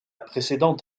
précédente